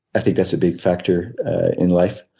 i think that's a big factor in life.